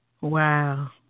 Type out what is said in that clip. Wow